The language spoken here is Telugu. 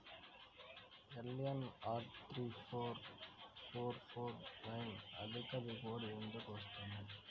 LNR three four four four nine అధిక దిగుబడి ఎందుకు వస్తుంది?